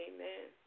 Amen